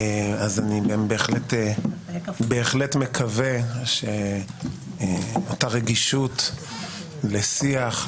בהחלט מקווה שאותה רגישות לשיח,